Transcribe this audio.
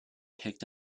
picked